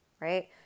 right